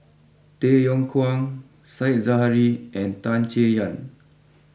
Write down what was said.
Tay Yong Kwang Said Zahari and Tan Chay Yan